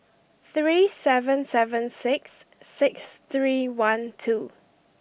three seven seven six six three one two